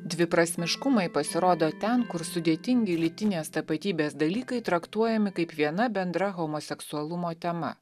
dviprasmiškumai pasirodo ten kur sudėtingi lytinės tapatybės dalykai traktuojami kaip viena bendra homoseksualumo tema